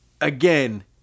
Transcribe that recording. Again